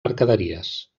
mercaderies